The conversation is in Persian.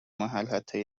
محل، حتی